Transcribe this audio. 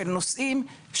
של נושאים,